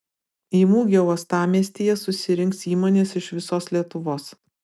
į mugę uostamiestyje susirinks įmonės iš visos lietuvos